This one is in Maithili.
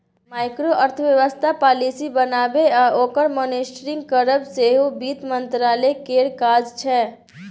माइक्रो अर्थबेबस्था पालिसी बनाएब आ ओकर मॉनिटरिंग करब सेहो बित्त मंत्रालय केर काज छै